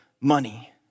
money